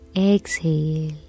Exhale